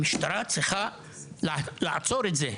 המשטרה צריכה לעצור את זה.